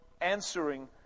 answering